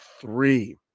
three